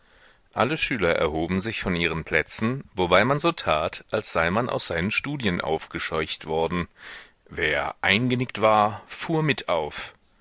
alle schüler erhoben sich von ihren plätzen wobei man so tat als sei man aus seinen studien aufgescheucht worden wer eingenickt war fuhr mit auf